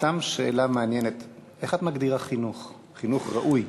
סתם שאלה מעניינת: איך את מגדירה חינוך ראוי?